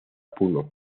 puno